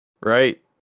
right